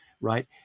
right